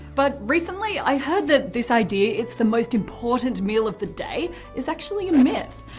but recently i heard that this idea it's the most important meal of the day is actually a myth.